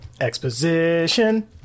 Exposition